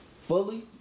fully